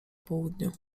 południu